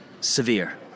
severe